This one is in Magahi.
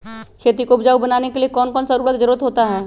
खेती को उपजाऊ बनाने के लिए कौन कौन सा उर्वरक जरुरत होता हैं?